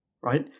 right